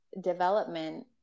development